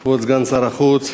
תודה רבה, כבוד סגן שר החוץ,